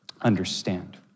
understand